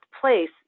place